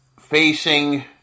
facing